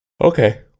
Okay